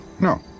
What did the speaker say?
No